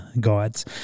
guides